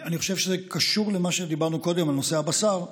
אני חושב שזה קשור למה שדיברנו קודם על נושא הבשר.